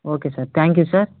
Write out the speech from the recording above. okay sir thank you sir